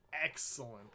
excellent